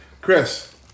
Chris